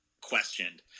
questioned